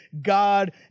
God